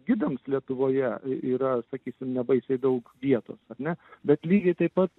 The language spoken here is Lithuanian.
gidams lietuvoje yra sakysim nebaisiai daug vietos ar ne bet lygiai taip pat